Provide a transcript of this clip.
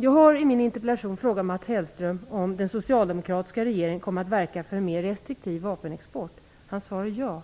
Jag har i min interpellation frågat Mats Hellström om den socialdemokratiska regeringen kommer att verka för en mer restriktiv vapenexport. Hans svar är ja.